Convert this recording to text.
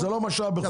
אז זה לא משאב בחוסר.